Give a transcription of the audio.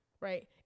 right